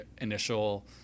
initial